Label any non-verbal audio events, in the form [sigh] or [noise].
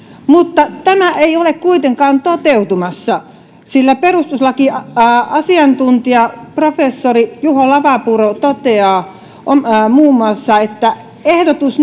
mutta tämä ei ole kuitenkaan toteutumassa sillä perustuslakiasiantuntija professori juha lavapuro toteaa muun muassa näin ehdotus [unintelligible]